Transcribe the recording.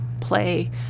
play